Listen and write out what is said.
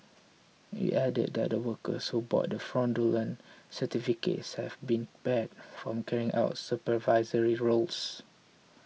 it added that the workers who bought the fraudulent certificates have been barred from carrying out supervisory roles